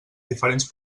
diferents